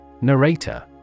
narrator